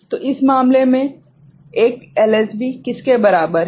तो इस मामले में 1 एलएसबी किसके बराबर है